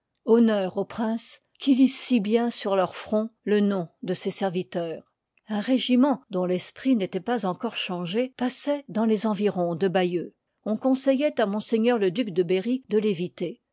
honneur au prince qui lit si bien sur leur front le nom de ses serviteurs un régiment dont l'esprit n'étoit pas encore changé passoit dans les environs de bayeux on conseilloit à m le duc de ii part berry de l'eviter